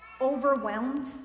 overwhelmed